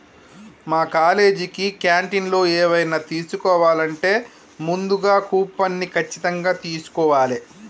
మా కాలేజీ క్యాంటీన్లో ఎవైనా తీసుకోవాలంటే ముందుగా కూపన్ని ఖచ్చితంగా తీస్కోవాలే